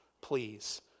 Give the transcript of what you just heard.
please